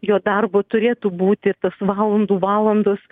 jo darbo turėtų būti tas valandų valandas